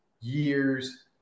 years